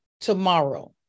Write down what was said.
tomorrow